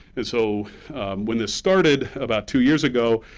and so when this started about two years ago,